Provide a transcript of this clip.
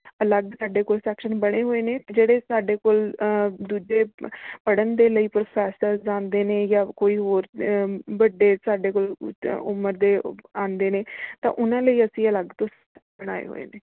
ਅਲੱਗ ਸਾਡੇ ਕੋਲ ਸੈਕਸ਼ਨ ਬਣੇ ਹੋਏ ਨੇ ਜਿਹੜੇ ਸਾਡੇ ਕੋਲ ਦੂਜੇ ਪੜ੍ਹਨ ਦੇ ਲਈ ਪ੍ਰੋਫੈਸਰਜ਼ ਆਉਂਦੇ ਨੇ ਜਾਂ ਕੋਈ ਹੋਰ ਵੱਡੇ ਸਾਡੇ ਕੋਲ ਉਮਰ ਦੇ ਆਉਂਦੇ ਨੇ ਤਾਂ ਉਨ੍ਹਾਂ ਲਈ ਅਸੀਂ ਅਲੱਗ ਤੋਂ ਬਣਾਏ ਹੋਏ ਨੇ